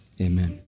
Amen